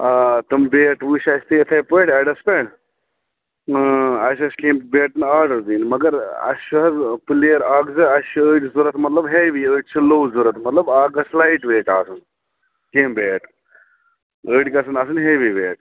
آ تِم بیٹ وُچھ اَسہِ تہِ یِتھَے پٲٹھۍ اٮ۪ڈَس پٮ۪ٹھ اَسہِ ٲسۍ کیٚنہہ بیٹَن آرڈَر دِنۍ مگر اَسہِ چھِ حظ پٕلیر اَکھ زٕ اَسہِ چھِ أڑۍ ضوٚرَتھ مطلب ہٮ۪وی أڑۍ چھِ لو ضوٚرَتھ مطلب اَکھ گژھِ لایِٹ ویٹ آسُن تِم بیٹ أڑۍ گژھن آسٕنۍ ہٮ۪وی بیٹ